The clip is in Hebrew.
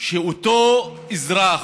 שאותו אזרח,